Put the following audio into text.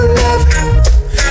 love